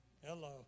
Hello